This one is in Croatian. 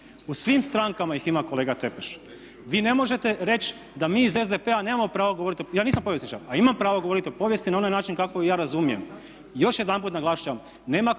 U svim strankama ih ima kolega Tepeš. Vi ne možete reći da mi iz SDP-a nemamo pravo govoriti, ja nisam povjesničar a imam pravo govoriti o povijesti na onaj način kako ju ja razumije. Još jedanput naglašavam,